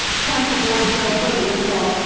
trying to avoid burden and so on,